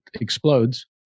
explodes